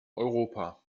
europa